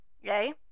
Yay